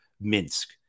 Minsk